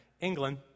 England